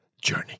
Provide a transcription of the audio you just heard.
journey